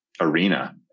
arena